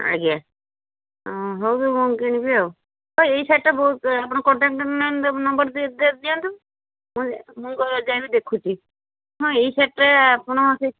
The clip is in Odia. ଆଜ୍ଞା ହଉ ମୁଁ କିଣିବି ଆଉ ଓ ଏହି ଶାଢ଼ୀଟା ବହୁ ଆପଣ କ କଣ୍ଟାକ୍ଟ୍ ନମ୍ବର୍ ଦିଅନ୍ତୁ ମୁଁ ମୁଁ କ'ଣ ଯାଇକି ଦେଖୁଛି ହଁ ଏହି ଶାଢ଼ୀଟା ଆପଣ ସେ